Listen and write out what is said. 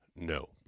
No